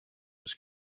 was